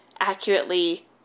accurately